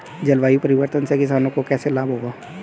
जलवायु परिवर्तन से किसानों को कैसे लाभ होगा?